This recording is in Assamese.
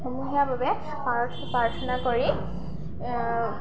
সমূহীয়া বাবে পাৰথ প্ৰাৰ্থনা কৰি